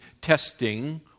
testing